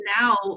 now